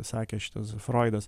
sakė šitas froidas